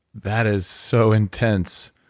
that is so intense.